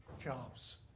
jobs